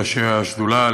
ראשי השדולה,